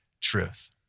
truth